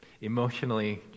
emotionally